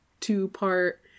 two-part